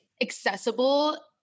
accessible